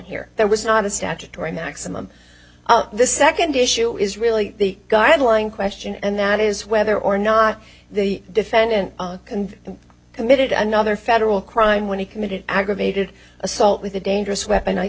here there was not a statutory maximum the second issue is really the guideline question and that is whether or not the defendant committed another federal crime when he committed aggravated assault with a dangerous weapon